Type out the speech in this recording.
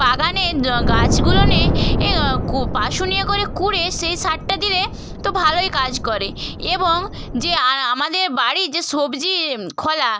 বাগানের গাছগুলোনে এ কু পাশনিতে করে কুড়ে সেই সারটা দিলে তো ভালোই কাজ করে এবং যে আমাদের বাড়ি যে সবজি খলা